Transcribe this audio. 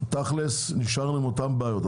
תכל'ס נשארנו עם אותן בעיות.